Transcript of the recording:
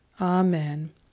Amen